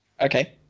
Okay